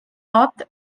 north